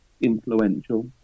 influential